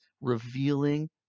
revealing